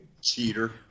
Cheater